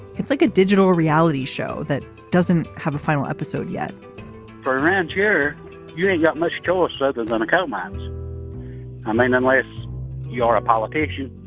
it's like a digital reality show that doesn't have a final episode yet for a rancher you ain't got much choice like other than a coal mines i mean unless you are a politician